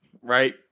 right